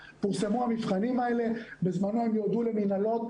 המבחנים האלה, בזמנו הם ירדו למינהלות.